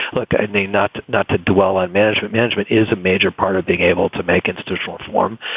look, i need not not to dwell on management. management is a major part of being able to make institutional reform.